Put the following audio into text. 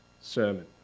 sermon